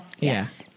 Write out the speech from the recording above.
Yes